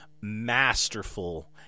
masterful